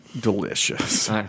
delicious